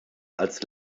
als